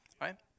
Right